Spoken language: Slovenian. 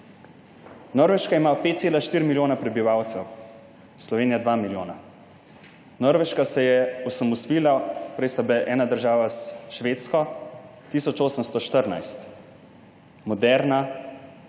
Norveška ima 5,4 milijona prebivalcev, Slovenija 2 milijona. Norveška se je osamosvojila, prej sta bili ena država s Švedsko, leta 1814. Je moderna,